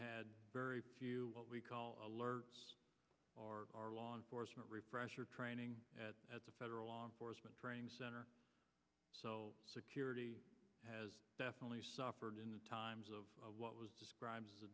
had very few what we call alert or our law enforcement refresher training at the federal law enforcement training center so security has definitely suffered in the times of what was described a